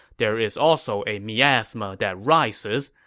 there is also a miasma that rises,